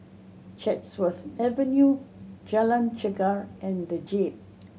Chatsworth Avenue Jalan Chegar and The Jade